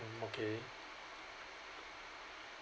mm okay